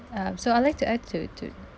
um so I'd like to add to to